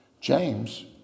James